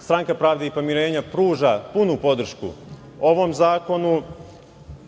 Stranka pravde i pomirenja pruža punu podršku ovom zakonu,